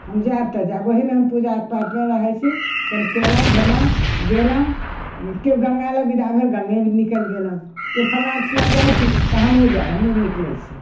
हम जैब तऽ जैब ओहिमे हम पूजा पाठमे रहै छी कनि केलहुँ धेलहुँ गेलहुँ केओ गङ्गा लऽ बिदाह भेल गङ्गे निकैल गेलौ केओ फल्लाँ ठुमा जाइ छी तऽ हमहुँ जैब हमहुँ निकलै छी